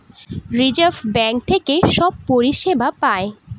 reserve bank থেকে সব পরিষেবা পায়